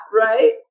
Right